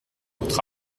votre